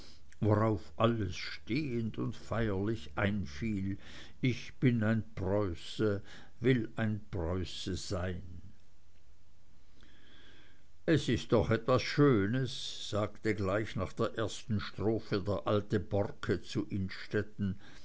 worauf alles stehend und feierlich einfiel ich bin ein preuße will ein preuße sein es ist doch etwas schönes sagte gleich nach der ersten strophe der alte borcke zu